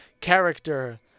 Character